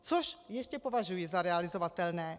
Což ještě považuji za realizovatelné.